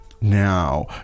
Now